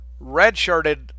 redshirted